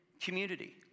community